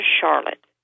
Charlotte